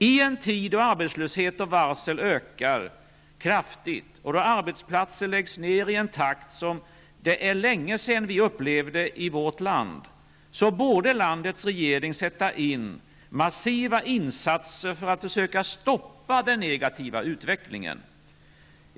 I en tid då arbetslöshet och varsel ökar kraftigt och arbetsplatser läggs ner i en takt som det är länge sedan vi upplevde i vårt land, borde landets regering sätta in massiva insatser för att försöka stoppa den negativa utvecklingen. Herr talman!